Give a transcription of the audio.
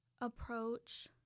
approach